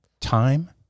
Time